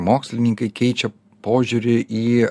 mokslininkai keičia požiūrį į